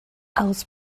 elvis